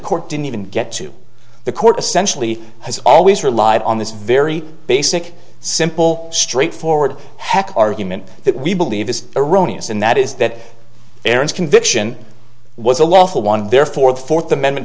court didn't even get to the court essentially has always relied on this very basic simple straightforward hack argument that we believe is erroneous and that is that aaron's conviction was a lawful one therefore the fourth amendment